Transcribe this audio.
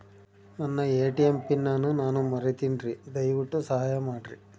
ನನ್ನ ATM pin ಅನ್ನು ನಾನು ಮರಿತಿನ್ರಿ, ದಯವಿಟ್ಟು ಸಹಾಯ ಮಾಡ್ರಿ